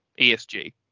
ESG